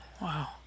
Wow